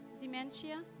dementia